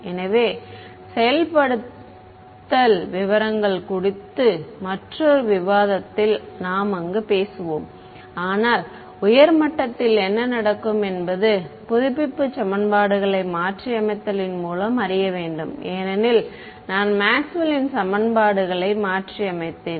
எனவே செயல்படுத்தல் விவரங்கள் குறித்து மற்றொரு விவாதத்தில் நாம் அங்கு பேசுவோம் ஆனால் உயர் மட்டத்தில் என்ன நடக்கும் என்பது புதுப்பிப்பு சமன்பாடுகளை மாற்றியமைத்தலின் மூலம் அறிய வேண்டும் ஏனெனில் நான் மேக்ஸ்வெல்லின் சமன்பாடுகளை மாற்றியமைத்தேன்